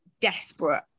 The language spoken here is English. desperate